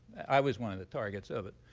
i was one of the targets of it